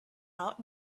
out